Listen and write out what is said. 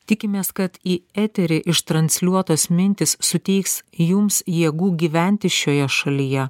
tikimės kad į eterį ištransliuotos mintys suteiks jums jėgų gyventi šioje šalyje